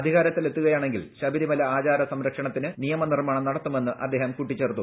അധികാരത്തിലെത്തുകയാണെങ്കിൽ ശബരിമല ആചാര സംരക്ഷണത്തിന് നിയമനിർമ്മാണം നടത്തു മെന്ന് അദ്ദേഹം കൂട്ടിച്ചേർത്തു